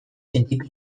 sentitu